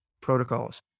protocols